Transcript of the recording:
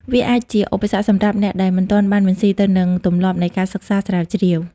វាអាចជាឧបសគ្គសម្រាប់អ្នកដែលមិនទាន់បានបន្ស៊ីទៅនឹងទម្លាប់នៃការសិក្សាស្រាវជ្រាវ។